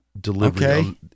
delivery